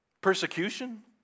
persecution